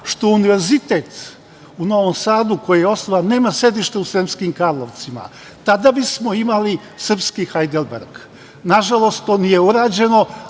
što Univerzitet u Novom Sadu koji je osnovan nema sedište u Sremskim Karlovcima. Tada bismo imali srpski Hajlderberg. Nažalost, to nije urađeno,